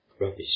rubbish